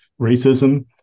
racism